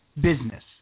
business